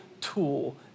tool